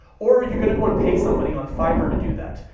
or are you gonna go and pay somebody on fiverr to do that?